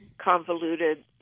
convoluted